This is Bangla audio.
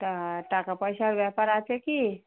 তা টাকা পয়সার ব্যাপার আছে কি